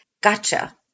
gotcha